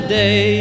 day